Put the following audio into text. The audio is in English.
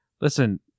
Listen